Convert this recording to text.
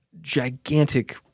gigantic